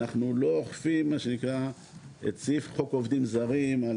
אנחנו לא אוכפים את סעיף חוק עובדים זרים.